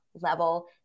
level